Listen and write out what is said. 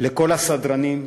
לכל הסדרנים,